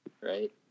right